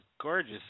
gorgeous